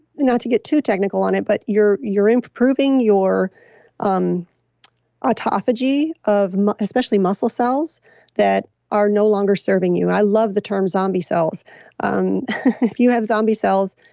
not to get too technical on it, but you're improving your um autophagy of especially muscle cells that are no longer serving you. i love the term zombie cells um if you have zombie cells,